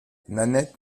nanette